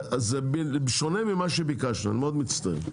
זה שונה ממה שביקשנו, אני מאוד מצטער.